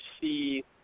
see